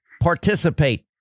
participate